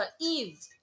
Eve